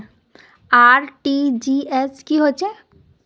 RTGS की होचए?